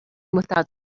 without